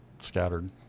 scattered